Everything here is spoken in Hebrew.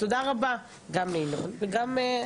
תודה רבה גם לינון וגם לך,